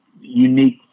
unique